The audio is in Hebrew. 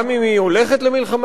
גם אם היא הולכת למלחמה,